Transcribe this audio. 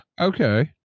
Okay